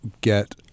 get